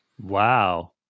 Wow